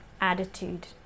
attitude